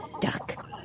duck